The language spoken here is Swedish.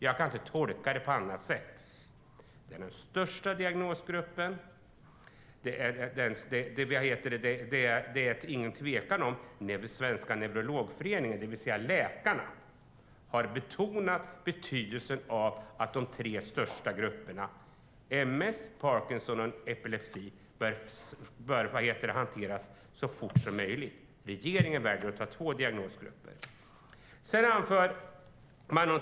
Jag kan inte tolka det på annat sätt. Epileptikerna är den största diagnosgruppen. Svenska Neurologföreningen, det vill säga läkarna, har betonat betydelsen av att de tre största grupperna - ms, parkinson och epilepsi - bör hanteras så fort som möjligt. Regeringen väljer att ta två diagnosgrupper.